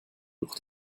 durch